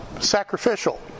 sacrificial